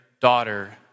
daughter